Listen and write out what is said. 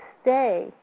stay